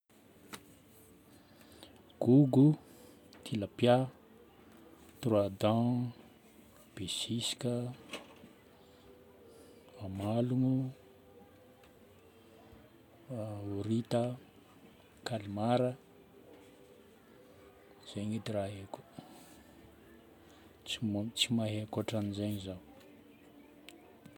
Gogo, tilapia, trois dent, besisika, amalogno, horita, calmar. Zegny edy raha haiko. Tsy mo- tsy mahay akoatran'izegny zaho.